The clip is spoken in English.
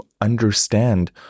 understand